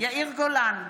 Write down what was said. יאיר גולן,